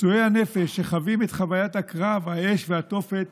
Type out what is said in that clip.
פצועי הנפש, שחווים את חוויית הקרב, האש והתופת